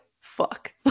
fuck